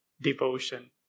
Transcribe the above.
devotion